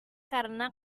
karena